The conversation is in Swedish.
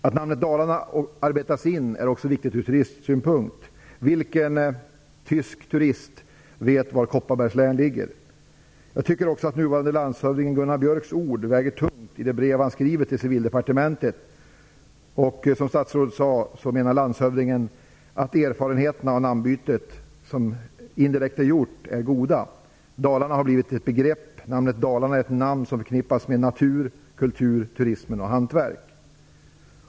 Att namnet Dalarna arbetats in är också viktigt ur turistsynpunkt. Vilken tysk turist vet var Kopparbergs län ligger? Jag tycker också att den nuvarande landshövdingen Gunnar Björks ord väger tungt i det brev han skriver till Civildepartementet. Landshövdingen menar att erfarenheterna av namnbytet, som indirekt är gjort, är goda. Dalarna har blivit ett begrepp. Namnet Dalarna är ett namn som förknippas med natur, kultur, turism och hantverk.